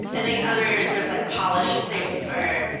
i think other sort of like polished things are,